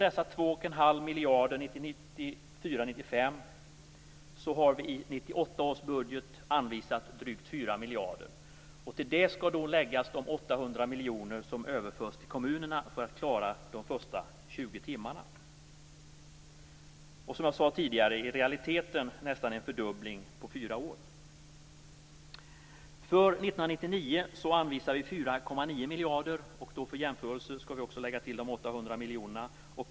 Vi har gått från de 2,5 miljarder kronorna 1994/95 till att i 1998 års budget anvisa drygt 4 miljarder kronor. Till detta skall läggas de 800 miljoner kronor som överförs till kommunerna för att klara de första 20 timmarna. Som jag nyss sade handlar det i realiteten nästan om en fördubbling under fyra år. För 1999 anvisar vi 4,9 miljarder kronor. För jämförelsens skull skall de 800 miljoner kronorna läggas till.